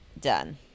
Done